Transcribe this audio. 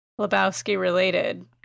Lebowski-related